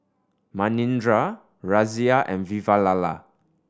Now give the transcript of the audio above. Manindra Razia and Vavilala